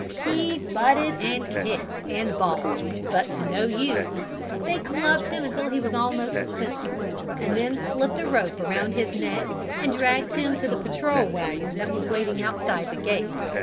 he butted and kicked and balked, but to no use they clubbed him until he was almost senseless and then slipped a rope around his neck and dragged him to the patrol wagon that was waiting outside the gate,